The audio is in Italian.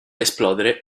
esplodere